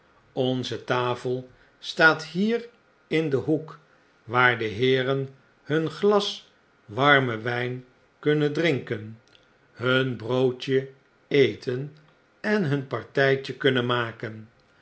onze tafel staat hier in den hoek waar de heeren hun glas warmen wijn kunnen drinken hun broodje eten en hun parttjtje kunnen maken